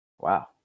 Wow